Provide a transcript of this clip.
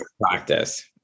practice